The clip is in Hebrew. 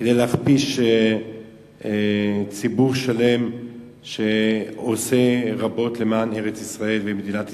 כדי להכפיש ציבור שלם שעושה רבות למען ארץ-ישראל ומדינת ישראל.